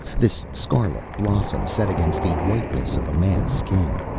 this scarlet blossom set against the whiteness of a man's skin.